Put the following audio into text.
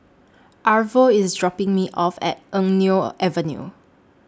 Arvo IS dropping Me off At Eng Neo Avenue